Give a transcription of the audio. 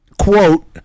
quote